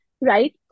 right